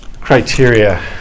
criteria